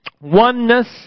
oneness